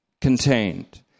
contained